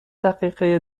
دقیقه